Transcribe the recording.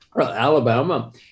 Alabama